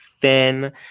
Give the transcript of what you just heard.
thin